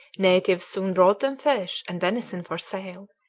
natives soon brought them fish and venison for sale,